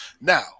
Now